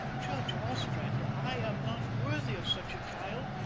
judge ostrander, i am not worthy of such a child,